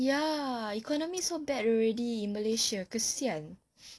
ya economy so bad already malaysia kasihan